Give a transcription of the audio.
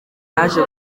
yaje